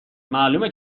معلومه